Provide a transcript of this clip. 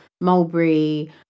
Mulberry